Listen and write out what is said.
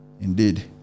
Indeed